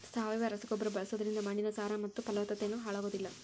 ಸಾವಯವ ರಸಗೊಬ್ಬರ ಬಳ್ಸೋದ್ರಿಂದ ಮಣ್ಣಿನ ಸಾರ ಮತ್ತ ಪಲವತ್ತತೆನು ಹಾಳಾಗೋದಿಲ್ಲ